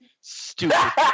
Stupid